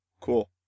Cool